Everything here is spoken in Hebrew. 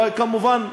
כמובן,